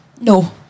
No